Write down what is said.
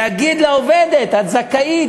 להגיד לעובדת: את זכאית,